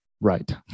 right